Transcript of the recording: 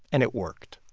and it worked